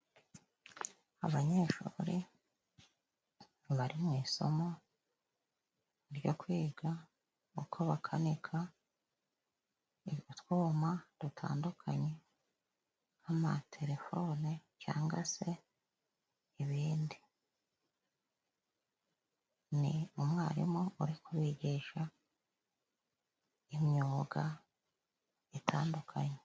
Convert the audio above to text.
Abanyeshuri bari mu isomo ryo kwiga uko bakanika utwuma dutandukanye, nk'amatelefone cyanga se ibindi, ni umwarimu uri kubigisha imyuga itandukanye.